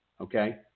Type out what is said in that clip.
Okay